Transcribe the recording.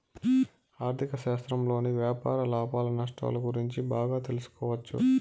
ఆర్ధిక శాస్త్రంలోని వ్యాపార లాభాలు నష్టాలు గురించి బాగా తెలుసుకోవచ్చు